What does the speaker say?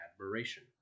admiration